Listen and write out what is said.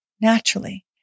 naturally